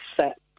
set